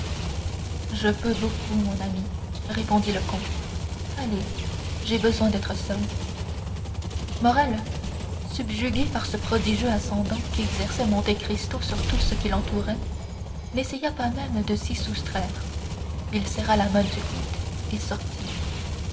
je peux beaucoup mon ami répondit le comte allez j'ai besoin d'être seul morrel subjugué par ce prodigieux ascendant qu'exerçait monte cristo sur tout ce qui l'entourait n'essaya pas même de s'y soustraire il serra la main du comte et sortit